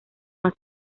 más